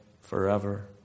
forever